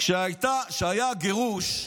כשהיה הגירוש,